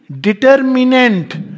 Determinant